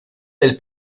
del